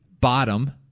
bottom